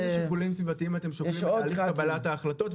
איזה שיקולים סביבתיים אתם שוקלים בתהליך קבלת ההחלטות,